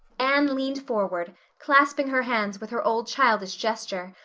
anne leaned forward, clasping her hands with her old childish gesture,